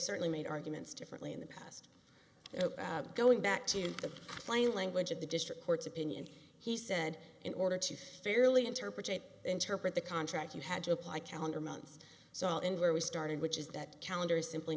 certainly made arguments differently in the past you know going back to the plain language of the district court's opinion he said in order to fairly interpret it interpret the contract you had to apply calendar months so in where we started which is that calendar is simply